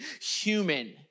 human